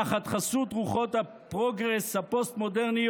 תחת חסות רוחות הפרוגרס הפוסט-מודרניות,